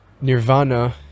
nirvana